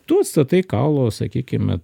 tu statai kaulą va sakykim vat